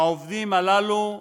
העובדים הללו,